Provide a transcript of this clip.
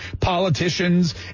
politicians